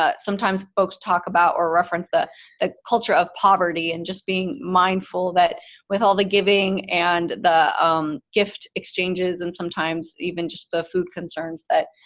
ah sometimes folks talk about or reference the the culture of poverty. and just being mindful that with all the giving and the um gift exchanges, and sometimes even just the food concerns that,